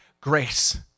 grace